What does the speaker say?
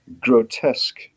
grotesque